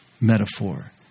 metaphor